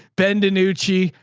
ben dinucci.